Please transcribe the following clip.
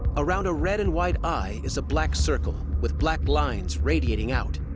around a red and white eye is a black circle with black lines radiating out.